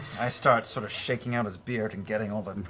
i start sort of shaking out his beard and getting all the and